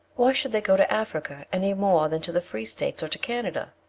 why should they go to africa, any more than to the free states or to canada?